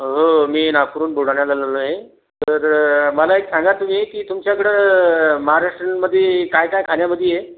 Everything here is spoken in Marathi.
हो मी नागपूरहून बुलढाण्याला आलेलो आहे तर मला एक सांगा तुम्ही की तुमच्याकडं महाराष्ट्रीयनमध्ये काय काय खाण्यामध्ये आहे